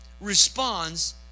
responds